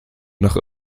nach